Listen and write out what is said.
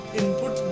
input